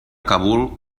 kabul